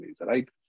right